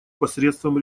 посредством